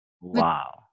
wow